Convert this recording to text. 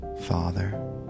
father